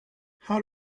how